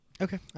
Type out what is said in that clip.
Okay